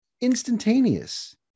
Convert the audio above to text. Instantaneous